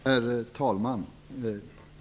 Herr talman!